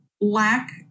lack